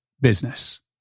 business